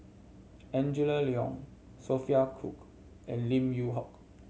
Angela Liong Sophia Cooke and Lim Yew Hock